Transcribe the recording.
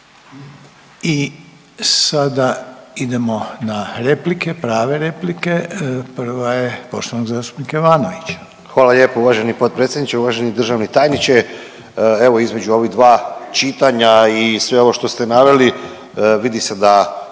I sada idemo na replike, prave replike, prva je poštovanog zastupnika Ivanovića.